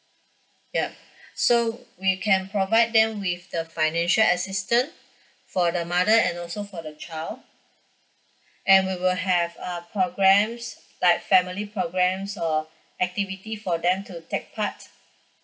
yeah so we can provide them with the financial assistant for the mother and also for the child and we will have uh programs like family programs or activity for them to take part